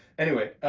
anyway,